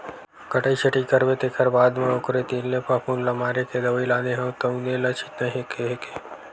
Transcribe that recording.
कटई छटई करबे तेखर बाद म ओखरे तीर ले फफुंद ल मारे के दवई लाने हव तउने ल छितना हे केहे हे